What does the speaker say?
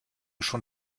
schon